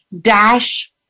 dash